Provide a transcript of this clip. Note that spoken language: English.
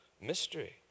Mystery